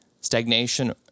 stagnation